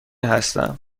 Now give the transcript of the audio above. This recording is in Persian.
هستم